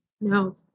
No